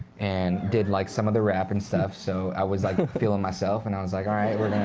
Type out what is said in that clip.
and did like some of the rap and stuff. so i was like ah feeling myself, and i was like, all right,